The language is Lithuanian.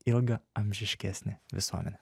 ilgaamžiškesnę visuomenę